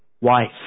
wife